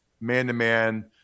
man-to-man